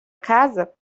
casa